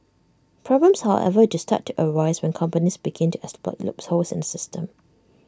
problems however do start to arise when companies begin to exploit loopholes in system